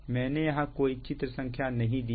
मैंने यहां कोई चित्र संख्या नहीं दी है